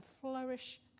flourish